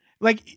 like-